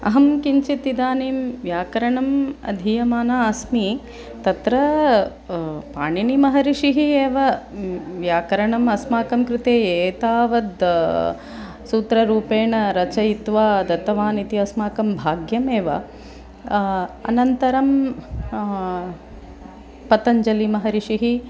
अहं किञ्चित् इदानीं व्याकरणम् अधीयमाना अस्मि तत्र पाणिनिमहर्षिः एव व्याकरणम् अस्माकं कृते एतावद् सूत्ररूपेण रचयित्वा दत्तवान् इति अस्माकं भाग्यमेव अनन्तरं पतञ्जलिमहर्षिः